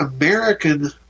American